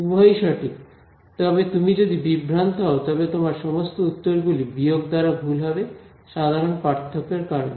উভয়ই সঠিক তবে তুমি যদি বিভ্রান্ত হও তবে তোমার সমস্ত উত্তরগুলি বিয়োগ দ্বারা ভুল হবে সাধারণ পার্থক্যের কারণে